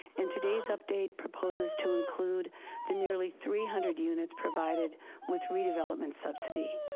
and today's update proposes to include the nearly three hundred units provided with redevelopment subsidy.